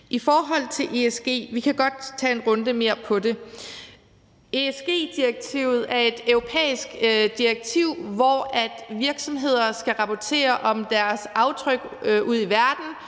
I forhold til ESG kan vi godt tage en runde mere om det. ESG-direktivet er et europæisk direktiv, hvorefter virksomheder skal rapportere om deres aftryk ude i verden,